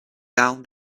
down